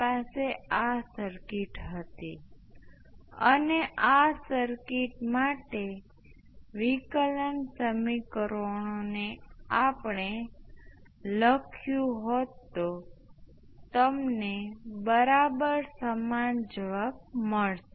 હવે આ કેપેસિટરની જેમ જ છે જો તમે દરેક કેપેસિટરની સરખામણી કેપેસિટરને શ્રેણી સંયોજનમાં સ્ટેપ વોલ્ટેજ લાગુ કરીને કરો તો આપણી પાસે કેટલાક કેપેસિટરનો ગુણોત્તર × ઇનપુટ સ્ટેપ થશે